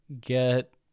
get